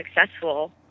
successful